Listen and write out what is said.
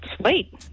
Sweet